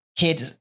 kids